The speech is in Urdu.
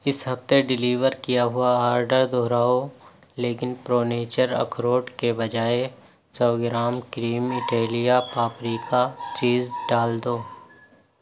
اس ہفتے ڈلیور کیا ہوا آڈر دہراؤ لیکن پرو نیچر اخروٹ کے بجائے سو gram cream Italia paprika cheese ڈال دو